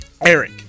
Eric